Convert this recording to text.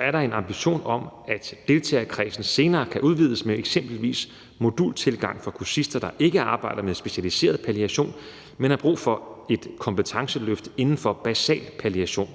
er der en ambition om, at deltagerkredsen senere kan udvides med eksempelvis modultilgang for kursister, der ikke arbejder med specialiseret palliation, men har brug for et kompetenceløft inden for basal palliation.